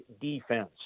defense